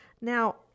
Now